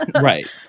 Right